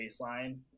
baseline